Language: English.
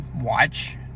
watch